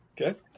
Okay